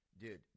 Dude